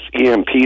EMP